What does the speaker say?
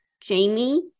jamie